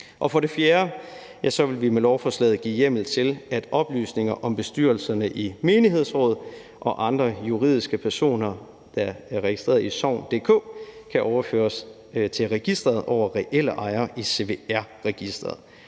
Og for det fjerde vil vi med lovforslaget give hjemmel til, at oplysninger om bestyrelserne i menighedsråd og andre juridiske personer, der er registreret i sogn.dk, kan overføres til registeret over reelle ejere i CVR-registeret,